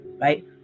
right